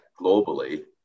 globally